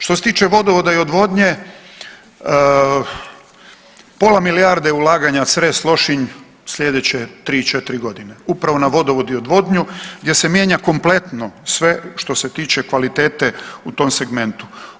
Što se tiče vodovoda i odvodnje, pola milijarde ulaganja Cres-Lošinj slijedeće 3-4 godine upravo na vodovod i odvodnju gdje se mijenja kompletno sve što se tiče kvalitete u tom segmentu.